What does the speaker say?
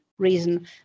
reason